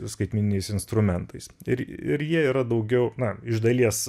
skaitmeniniais instrumentais ir ir jie yra daugiau na iš dalies